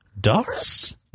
Doris